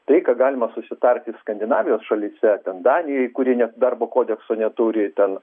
tai ką galima susitarti ir skandinavijos šalyse danijoj kuri net darbo kodekso neturi ten